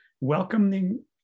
welcoming